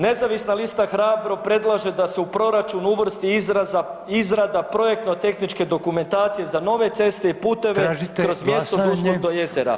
Nezavisna lista hrabro predlaže da se u proračun uvrsti izrada projektno-tehničke dokumentacije za nove ceste i puteve kroz mjesto Duzluk do jezera.